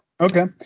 Okay